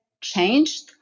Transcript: changed